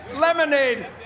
Lemonade